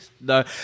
No